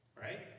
Right